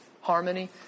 harmony